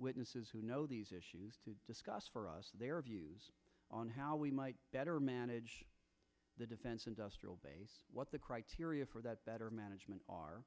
witnesses who know these issues to discuss for us their views on how we might better manage the defense industrial base what the criteria for that better management are